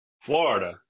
Florida